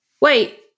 wait